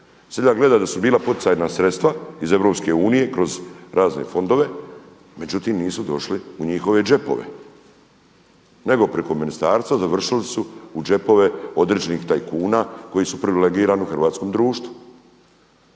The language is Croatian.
Seljak gleda da su bila poticajna sredstva iz EU kroz razne fondove, međutim nisu došle u njihove džepove, nego preko ministarstva završili su u džepove određenih tajkuna koji su privilegirani hrvatskom društvu,